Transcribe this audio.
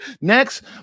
next